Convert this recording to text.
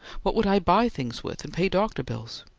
what would i buy things with, and pay doctor bills?